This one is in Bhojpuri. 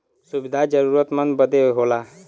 सुविधा जरूरतमन्द बदे होला